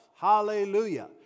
hallelujah